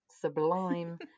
sublime